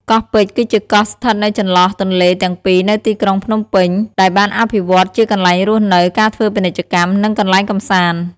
កោះពេជ្រ គឺជាកោះស្ថិតនៅចន្លោះទន្លេទាំងពីរនៅទីក្រុងភ្នំពេញ ដែលបានអភិវឌ្ឍជាកន្លែងរស់នៅ ការធ្វើពាណិជ្ជកម្ម និងកន្លែងកម្សាន្ត។